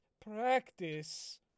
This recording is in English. practice